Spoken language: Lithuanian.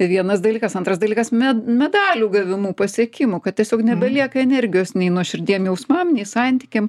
tai vienas dalykas antras dalykas med medalių gavimu pasiekimu kad tiesiog nebelieka energijos nei nuoširdiem jausmam nei santykiam